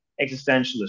existentialist